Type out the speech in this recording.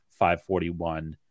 541